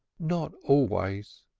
not always,